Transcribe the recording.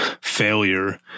failure